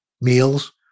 meals